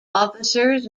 officers